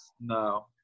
No